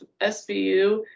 SBU